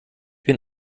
bin